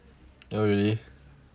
oh really